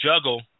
juggle